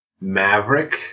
Maverick